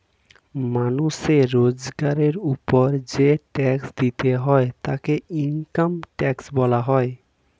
মানুষের রোজগারের উপর যেই ট্যাক্স দিতে হয় তাকে ইনকাম ট্যাক্স বলা হয়